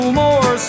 more